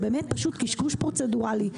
זה באמת קשקוש פרוצדורלי,